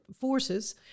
forces